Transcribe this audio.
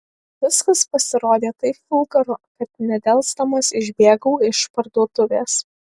viskas pasirodė taip vulgaru kad nedelsdamas išbėgau iš parduotuvės